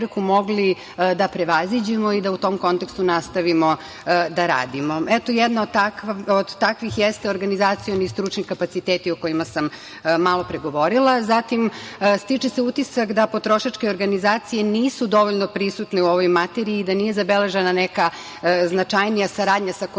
mogli da prevaziđemo i da u tom kontekstu nastavimo da radimo. Eto, jedna od takvih jesu organizacioni stručni kapaciteti o kojima sam malopre govorila. Stiče se utisak da potrošačke organizacije nisu dovoljno prisutne u ovoj materiji i da nije zabeležena neka značajnija saradnja sa Komisijom.